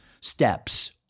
steps